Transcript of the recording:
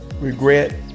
regret